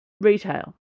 retail